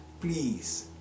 please